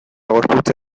gorputza